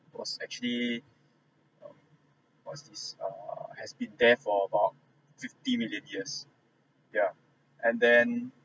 was actually what is this err has been there for about fifty million years yeah and then